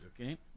okay